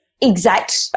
exact